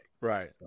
right